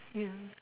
ya